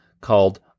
called